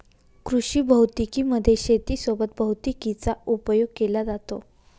कृषी भौतिकी मध्ये शेती सोबत भैतिकीचा उपयोग केला जातो